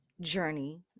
journey